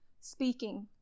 speaking